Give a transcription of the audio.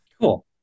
Cool